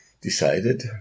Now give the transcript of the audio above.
decided